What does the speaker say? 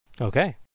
Okay